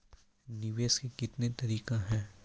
निवेश के कितने तरीका हैं?